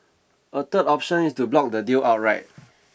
a third option is to block the deal outright